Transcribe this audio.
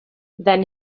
then